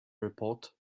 report